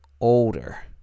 older